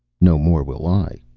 no more will i.